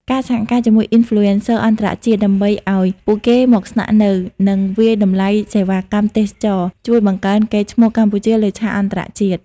ការសហការជាមួយ Influencer អន្តរជាតិ ដើម្បីឱ្យពួកគេមកស្នាក់នៅ និងវាយតម្លៃសេវាកម្មទេសចរណ៍ ជួយបង្កើនកេរ្តិ៍ឈ្មោះកម្ពុជាលើឆាកអន្តរជាតិ។